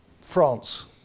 France